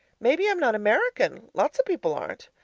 maybe i'm not american lots of people aren't.